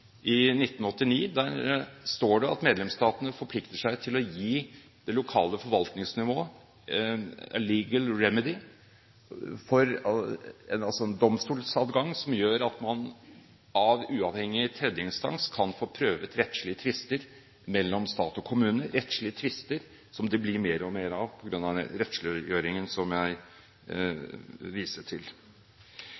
står det at medlemsstatene forplikter seg til å gi det lokale forvaltningsnivået «a legal remedy», altså en domstolsadgang, som gjør at man av uavhengig tredjeinstans kan få prøvet rettslige tvister mellom stat og kommune – rettslige tvister som det blir mer og mer av på grunn av den rettsliggjøringen som jeg